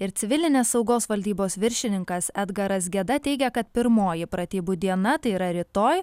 ir civilinės saugos valdybos viršininkas edgaras geda teigia kad pirmoji pratybų diena tai yra rytoj